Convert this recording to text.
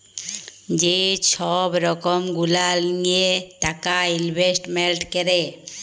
যে ছব রকম গুলা লিঁয়ে টাকা ইলভেস্টমেল্ট ক্যরে